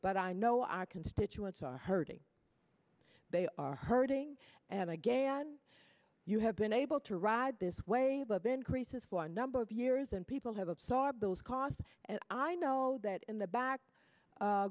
but i know our constituents are hurting they are hurting and again you have been able to ride this wave of increases for a number of years and people have sought those costs and i know that in the back